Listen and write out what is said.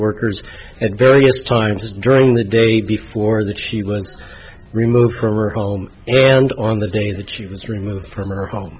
workers at various times during the day before that she was removed from her home and on the day that she was removed from her home